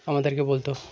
আমাদেরকে বলতো